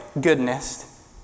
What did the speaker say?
goodness